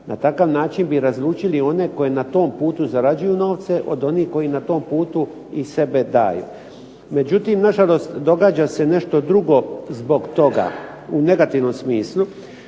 Na takav način bi razlučili one koji na tom putu zarađuju novce, od onih koji na tom putu i sebe daju. Međutim na žalost događa se nešto drugo zbog toga, u negativnom smislu.